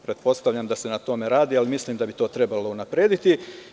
Pretpostavljam da se na tome radi, ali mislim da bi to trebalo unaprediti.